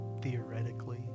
theoretically